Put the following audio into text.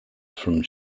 from